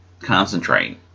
concentrate